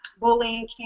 bullying